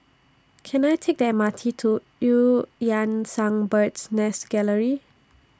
Can I Take The M R T to EU Yan Sang Bird's Nest Gallery